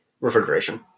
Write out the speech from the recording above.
refrigeration